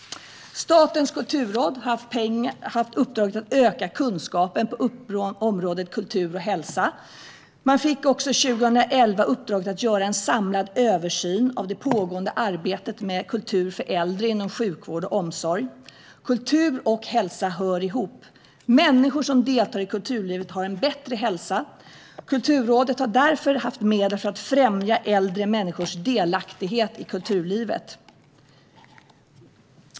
Statens kulturråd har haft uppdraget att öka kunskapen på området kultur och hälsa. Man fick också 2011 uppdraget att göra en samlad översyn av det pågående arbetet med kultur för äldre inom sjukvård och omsorg. Kultur och hälsa hör ihop. Människor som deltar i kulturlivet har en bättre hälsa. Kulturrådet har därför haft medel för att främja äldre människors delaktighet i kulturlivet.